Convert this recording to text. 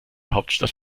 hauptstadt